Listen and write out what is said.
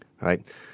right